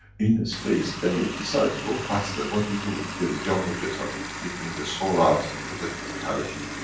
in space, then you decide to go faster. what do you do? you get a jumbo jet ah you bring the soul out and put the physicality in.